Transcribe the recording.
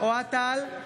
אוהד טל,